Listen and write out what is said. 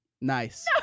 Nice